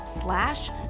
slash